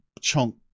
Chunk